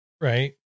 Right